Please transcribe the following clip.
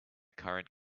current